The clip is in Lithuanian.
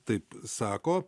taip sako